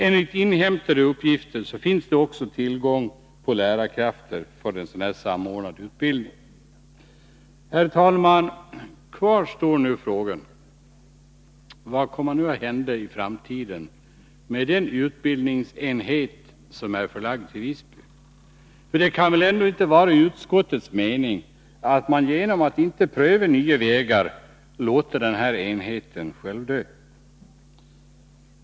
Enligt inhämtade uppgifter finns det också tillgång på lärarkrafter för en sådan samordnad utbildning. Herr talman! Kvar står nu frågan: Vad kommer att hända i framtiden med den utbildningsenhet som är förlagd till Visby? Det kan väl inte vara utskottets mening att genom att inte pröva nya vägar låta denna enhet få självdö.